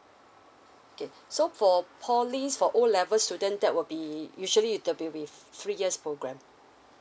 okay so for poly for O level student that will be usually there will be three years programme